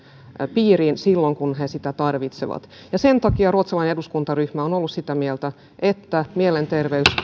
piiriin silloin kun he sitä tarvitsevat sen takia ruotsalainen eduskuntaryhmä on ollut sitä mieltä että mielenterveys